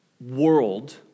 world